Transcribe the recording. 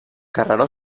carreró